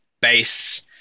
base